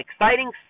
exciting